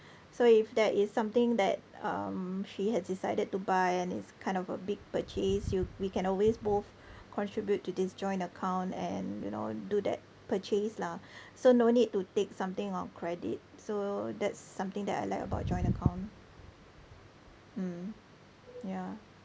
so if there is something that um she has decided to buy and it's kind of a big purchase you we can always both contribute to this joint account and you know do that purchase lah so no need to take something on credit so that's something that I like about joint account mm yeah